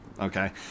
Okay